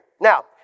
Now